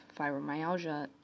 fibromyalgia